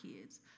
kids